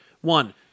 One